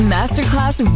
Masterclass